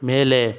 ಮೇಲೆ